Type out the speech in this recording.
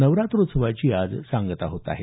नवरात्रोत्सवाची आज सांगता होत आहे